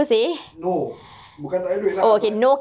no bukan takde duit lah but